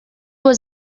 was